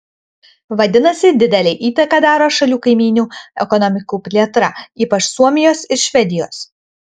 vadinasi didelę įtaką daro šalių kaimynių ekonomikų plėtra ypač suomijos ir švedijos